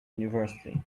university